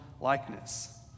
likeness